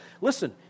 Listen